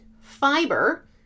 Fiber